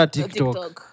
TikTok